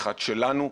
אחד שלנו,